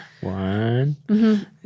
One